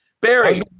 barry